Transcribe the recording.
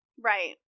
Right